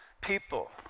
people